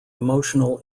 emotional